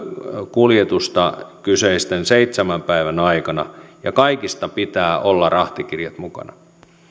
kuljetusta kyseisten seitsemän päivän aikana ja kaikista pitää olla rahtikirjat mukana